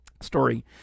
story